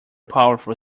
powerful